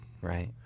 right